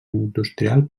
industrial